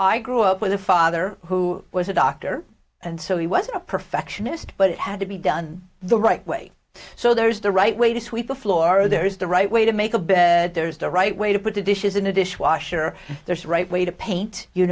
i grew up with a father who was a doctor and so he was a perfectionist but it had to be done the right way so there is the right way to sweep the floor or there is the right way to make a bed there is the right way to put the dishes in the dishwasher there's right way to paint you